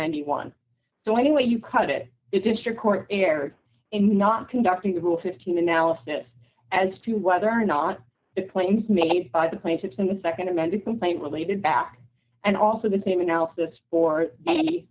ninety one so any way you cut it is this your court erred in not conducting the rule fifteen analysis as to whether or not the points made by the plaintiffs in the nd amended complaint related back and also the same analysis or any